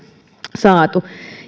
saatu